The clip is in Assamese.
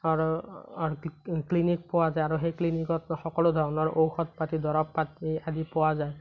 ক্লিনিক পোৱা যায় আৰু সেই ক্লিনিকত সকলো ধৰণৰ ঔষধ পাতি ধৰক আদি পোৱা যায়